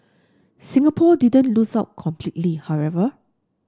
Singapore didn't lose out completely however